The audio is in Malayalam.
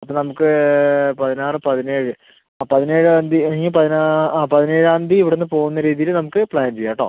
അപ്പം നമുക്ക് പതിനാറ് പതിനേഴ് ആ പതിനേഴാം തീയതി പതിനാറാം ആ പതിനേഴാം തീയതി ഇവിടെ നിന്ന് പോകുന്ന രീതിയിൽ നമുക്ക് പ്ലാൻ ചെയ്യാം കേട്ടോ